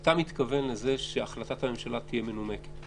אתה מתכוון לזה שהחלטת הממשלה תהיה מנומקת.